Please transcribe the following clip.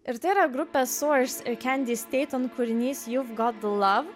ir tai yra grupė kūrinys